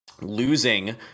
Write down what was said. losing